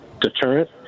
deterrent